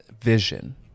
vision